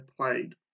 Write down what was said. played